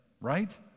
right